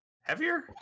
Heavier